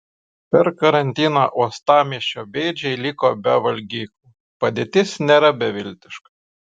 per karantiną uostamiesčio bėdžiai liko be valgyklų padėtis nėra beviltiška